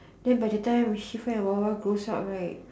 then by the time Shifa and Wawa grows out right